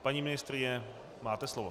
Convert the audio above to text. Paní ministryně, máte slovo.